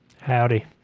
Howdy